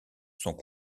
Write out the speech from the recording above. sont